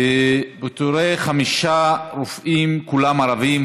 פוטרו חמישה רופאים, כולם ערבים.